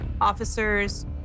Officers